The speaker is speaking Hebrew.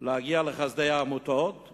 להגיע לחסדי העמותות,